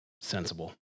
sensible